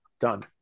Done